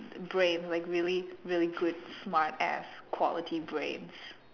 brains like really really good smart ass quality brains